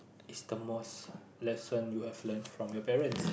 is the most lesson you have learn from your parents